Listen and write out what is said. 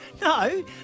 no